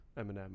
Eminem